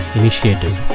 initiative